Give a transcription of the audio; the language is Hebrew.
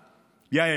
יעל,